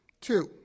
Two